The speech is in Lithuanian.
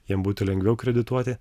jiem būtų lengviau kredituoti